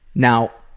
now,